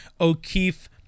O'Keefe